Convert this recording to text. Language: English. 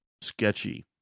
sketchy